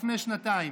לפני שנתיים.